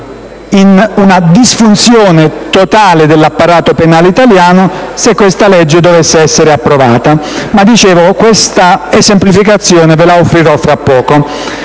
in una disfunzione totale dell'apparato penale italiano se questa legge dovesse essere approvata. Ma, come ho detto, questa esemplificazione la offrirò fra poco.